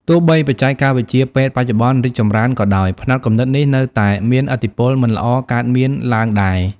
ទោះបីបច្ចេកវិទ្យាពេទ្យបច្ចុប្បន្នរីកចម្រើនក៏ដោយ ផ្នត់គំនិតនេះនៅតែមានឥទ្ធិពលមិនល្អកើតមានឡើងដែរ ។